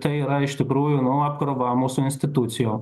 tai yra iš tikrųjų nu apkrova mūsų institucijų